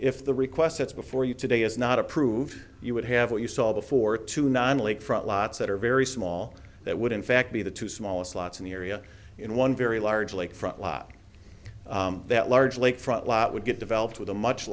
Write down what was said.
if the request that's before you today is not approved you would have what you saw before to nine lakefront lots that are very small that would in fact be the two smallest slots in the area in one very large lakefront lot that large lakefront lot would get developed with a much